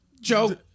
Joe